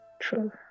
true